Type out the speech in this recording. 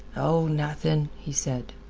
oh, nothing, he said.